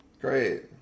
Great